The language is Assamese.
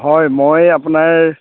হয় মই আপোনাৰ